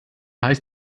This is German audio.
heißt